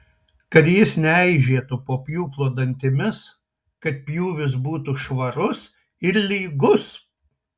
kad jis neeižėtų po pjūklo dantimis kad pjūvis būtų švarus ir lygus